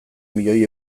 milioi